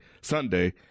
Sunday